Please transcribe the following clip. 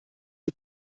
die